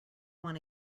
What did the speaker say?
want